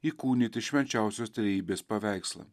įkūnyti švenčiausios trejybės paveikslą